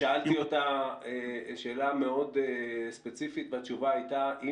אז אני אומר לך ששאלתי אותה שאלה מאוד ספציפית וזה היה